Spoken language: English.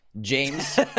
James